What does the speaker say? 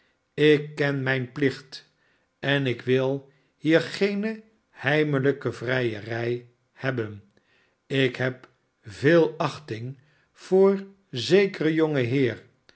ik ken mijn plicht en ik wil hier geene heimelijke vrijerij hebben ik heb veel achting voor zekeren jongen heer